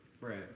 Right